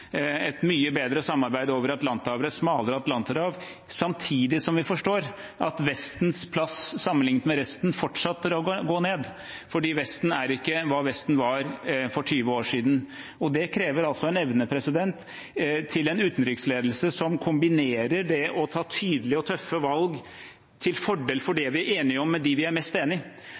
et mye bedre samarbeid over Atlanterhavet – et smalere atlanterhav – samtidig som vi forstår at Vestens plass sammenlignet med resten fortsetter å gå ned. Vesten er ikke hva Vesten var for 20 år siden. Det krever en utenriksledelse som har evne til samtidig å kombinere det å ta tydelige og tøffe valg til fordel for det vi er enig om med dem vi er mest